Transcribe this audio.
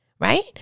right